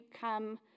come